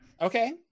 Okay